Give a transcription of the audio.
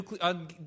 on